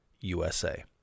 USA